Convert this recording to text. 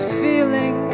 feeling